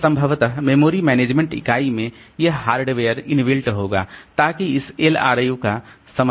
तो संभवतः memory management इकाई में यह हार्डवेयर इनबिल्ट होगा ताकि इस LRU का समर्थन किया जा सके